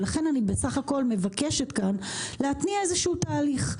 ולכן אני בסך הכול מבקשת כאן להתניע איזשהו תהליך.